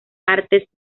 artes